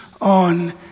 on